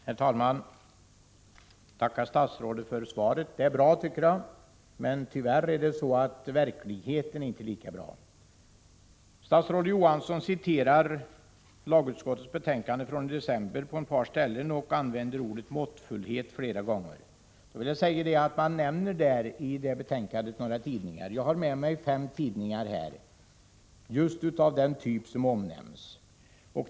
Herr talman! Jag tackar statsrådet för svaret. Det är bra, tycker jag, men tyvärr är verkligheten inte lika bra. Statsrådet Johansson citerar lagutskottets betänkande från december på ett par ställen och använder ordet måttfullhet flera gånger. Då vill jag säga att utskottet nämner i det betänkandet några tidningar. Jag har med mig fem tidningar här, just av den typ som omnämns.